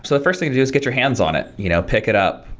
so the first thing to do is get your hands on it. you know pick it up.